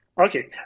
Okay